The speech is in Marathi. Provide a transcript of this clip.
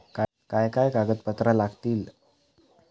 काय काय कागदपत्रा लागतील?